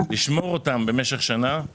לשמור אותם במשך שנה,